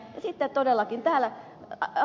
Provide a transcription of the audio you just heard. sitten todellakin täällä ed